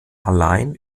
alleine